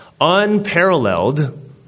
unparalleled